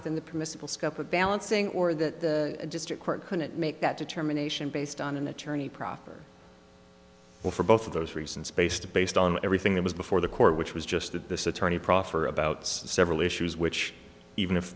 within the permissible scope of balancing or that the district court couldn't make that determination based on an attorney proffer well for both of those reasons based based on everything that was before the court which was just that this attorney proffer about several issues which even if